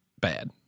bad